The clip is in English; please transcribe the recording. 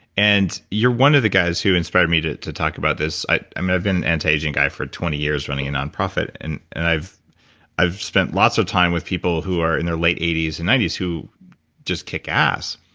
and you're one of the guys who inspired me to to talk about this. i've been i've been an anti-aging guy for twenty years running a non-profit, and and i've i've spent lots of time with people who are in their late eighty s and ninety s, who just kick ass.